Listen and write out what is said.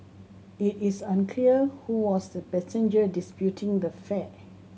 it is unclear who was the passenger disputing the fare